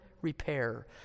repair